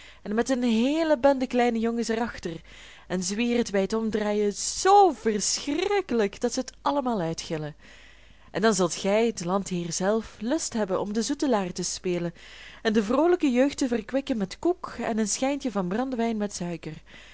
en met een heele bende kleine jongens er achter en zwiert bij het omdraaien zoo verschrikkelijk dat zij het allemaal uitgillen en dan zult gij de landheer zelf lust hebben om den zoetelaar te spelen en de vroolijke jeugd te verkwikken met koek en een schijntje van brandewijn met suiker